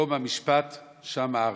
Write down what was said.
מקום המשפט שמה הרשע".